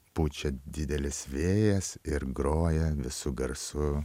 pučia didelis vėjas ir groja visu garsu